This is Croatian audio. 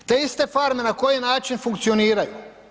Te iste farme na koji način funkcioniraju?